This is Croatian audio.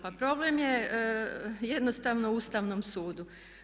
Pa problem je jednostavno u Ustavnom sudu.